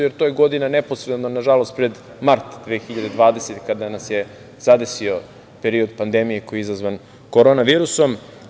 Jer to je godina neposredno, nažalost, pred mart 2020. godine, kada nas je zadesio period pandemije koji je izazvan korona virusom.